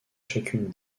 chacune